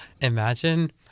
Imagine